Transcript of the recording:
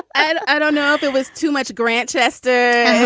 and i don't know. there was too much grantchester.